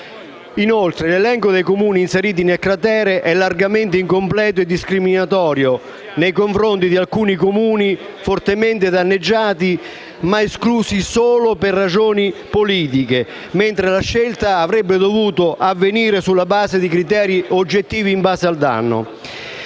Inoltre, l'elenco dei Comuni inseriti nel cratere è largamente incompleto e discriminatorio nei confronti di alcuni Comuni fortemente danneggiati, ma esclusi solo per ragioni politiche, mentre la scelta sarebbe dovuta avvenire sulla base di criteri oggettivi, in base al danno.